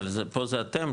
אבל פה זה אתם,